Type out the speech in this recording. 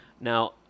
Now